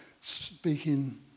speaking